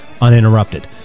uninterrupted